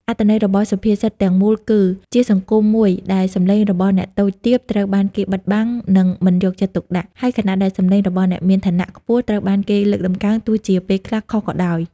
អត្ថន័យរបស់សុភាសិតទាំងមូលគឺ ជាសង្គមមួយដែលសំឡេងរបស់អ្នកតូចទាបត្រូវបានគេបិទបាំង និងមិនយកចិត្តទុកដាក់ ហើយខណៈដែលសំឡេងរបស់អ្នកមានឋានៈខ្ពស់ត្រូវបានគេលើកតម្កើង ទោះជាពេលខ្លះខុសក៏ដោយ។